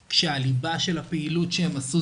כשהליבה של הפעילות שהם עשו,